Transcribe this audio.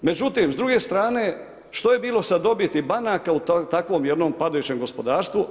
Međutim, s druge strane što je bilo sa dobiti banaka u takvom jednom padajućem gospodarstvu.